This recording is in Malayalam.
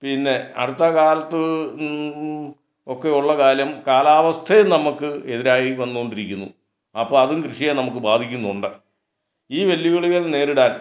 പിന്നെ അടുത്ത കാലത്ത് ഒക്കെ ഉള്ള കാലം കാലാവസ്ഥയും നമുക്ക് എതിരായി വന്നു കൊണ്ടിരിക്കുന്നു അപ്പം അതും കൃഷിയെ നമുക്ക് ബാധിക്കുന്നുണ്ട് ഈ വെല്ലുവിളികൾ നേരിടാൻ